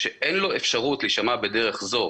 שאין לו אפשרות להישמע בדרך זו